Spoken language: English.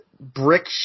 brick